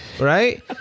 right